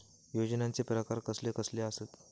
योजनांचे प्रकार कसले कसले असतत?